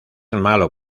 malo